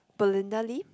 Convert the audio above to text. Belinda-Lee